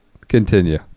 continue